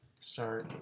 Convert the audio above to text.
start